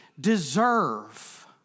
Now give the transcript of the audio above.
deserve